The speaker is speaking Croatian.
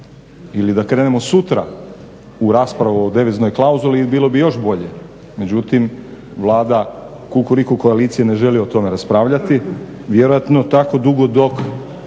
ili da krenemo sutra u raspravu o deviznoj klauzuli bilo bi još bolje. Međutim, Vlada Kukuriku koalicije ne želi o tome raspravljati vjerojatno tako dugo dok